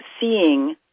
seeing